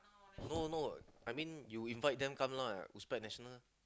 no no I mean you invite them come lah to spread national